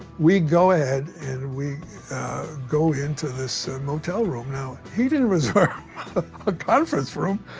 we go ahead and we go into this motel room. now, he didn't reserve a conference room,